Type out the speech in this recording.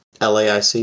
Laic